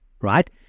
right